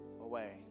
away